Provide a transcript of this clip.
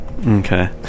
Okay